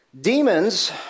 Demons